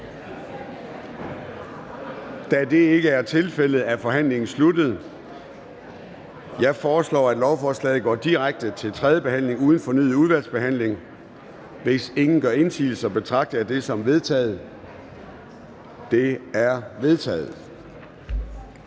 Da det ikke er tilfældet, er forhandlingen sluttet. Jeg foreslår, at lovforslaget går direkte til tredje behandling uden fornyet udvalgsbehandling. Hvis ingen gør indsigelse, betragter jeg det som vedtaget. Det er vedtaget.